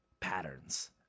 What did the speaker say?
patterns